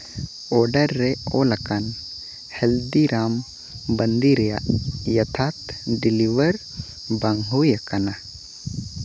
order ᱨᱮ ᱚᱞ ᱟᱠᱟᱱ ᱦᱮᱞᱫᱤᱨᱟᱢ ᱵᱟᱹᱱᱫᱤ ᱨᱮᱭᱟᱜ ᱡᱚᱛᱷᱟᱛ ᱰᱮᱞᱤᱵᱷᱟᱨ ᱵᱟᱝ ᱦᱩᱭ ᱟᱠᱟᱱᱟ